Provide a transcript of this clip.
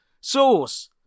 Sauce